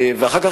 אחר כך,